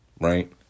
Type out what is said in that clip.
Right